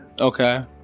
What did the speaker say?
Okay